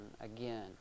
again